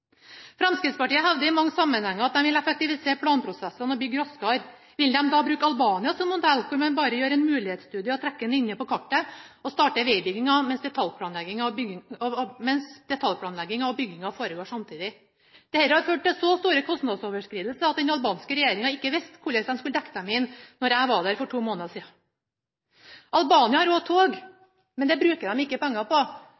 Fremskrittspartiet hevder i mange sammenhenger at de vil effektivisere planprosessene og bygge raskere. Vil de da bruke Albania som modell – der de bare gjør en mulighetsstudie, trekker en linje på kartet og starter vegbygginga mens detaljplanlegginga og bygginga foregår samtidig? Dette har ført til så store kostnadsoverskridelser at den albanske regjeringa ikke visste hvordan den skulle dekke det inn, da jeg var der for to måneder siden. Albania har også tog, men det bruker de ikke penger på. Så topphastigheten – ikke gjennomsnittshastigheten, men topphastigheten – på